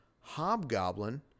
hobgoblin